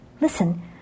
Listen